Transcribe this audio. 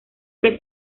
que